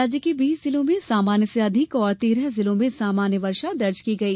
राज्य के बीस जिलों में सामान्य से अधिक और तेरह जिलों में सामान्य वर्षा दर्ज की गई